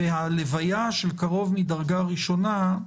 וההלוויה של קרוב מדרגה ראשונה,